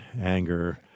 anger